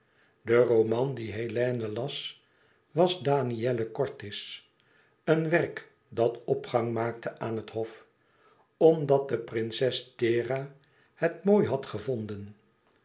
de roman dien hélène las was daniele cortis een werk dat opgang maakte aan het hof omdat de prinses thera het mooi had gevonden